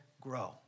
grow